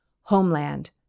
Homeland